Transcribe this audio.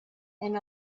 and